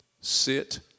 sit